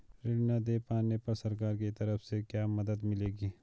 ऋण न दें पाने पर सरकार की तरफ से क्या मदद मिलेगी?